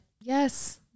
yes